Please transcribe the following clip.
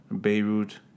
Beirut